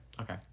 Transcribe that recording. Okay